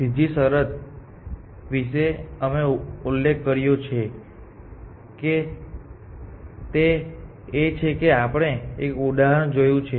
અને ત્રીજી શરત વિશે અમે ઉલ્લેખ કર્યો છે તે એ છે કે આપણે એક ઉદાહરણ જોયું છે